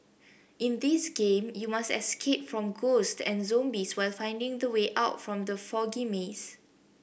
in this game you must escape from ghosts and zombies while finding the way out from the foggy maze